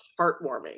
heartwarming